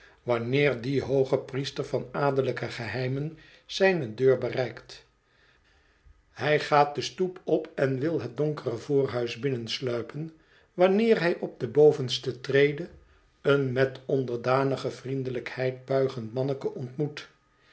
wanneer die hoogepriester van adellijke geheimen zijne deur bereikt hij gaat de stoep op en wil het donkere voorhuis binnensluipen wanneer hij op de bovenste trede een met onderdanige vriendelijkheid buigend manneke ontmoet